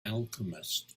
alchemist